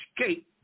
escape